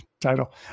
Title